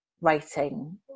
writing